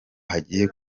hagiye